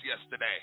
yesterday